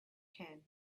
can